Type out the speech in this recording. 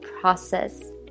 process